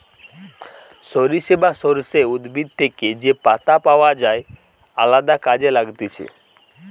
সরিষা বা সর্ষে উদ্ভিদ থেকে যে পাতা পাওয় যায় আলদা কাজে লাগতিছে